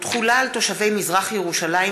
הקדמת גיל הזכאות),